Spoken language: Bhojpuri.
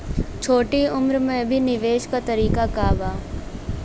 छोटी उम्र में भी निवेश के तरीका क बा?